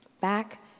back